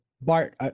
Bart